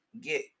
get